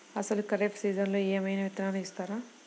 అసలు ఖరీఫ్ సీజన్లో ఏమయినా విత్తనాలు ఇస్తారా?